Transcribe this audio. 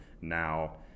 now